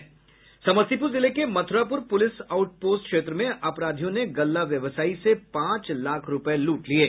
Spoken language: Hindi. समस्तीपुर जिले के मथुरापुर पुलिस आउट पोस्ट क्षेत्र में अपराधियों ने गल्ला व्यवसायी से पांच लाख रुपये लूट लिये